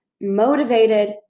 motivated